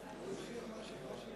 יואל חסון,